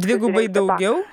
dvigubai daugiau